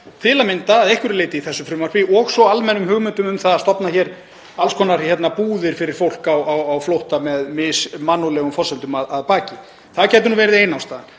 til að mynda að einhverju leyti í þessu frumvarpi og svo almennum hugmyndum um að stofna hér alls konar búðir fyrir fólk á flótta með mismannúðlegar forsendur að baki. Það gæti verið ein ástæðan.